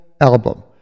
Album